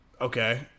Okay